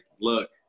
look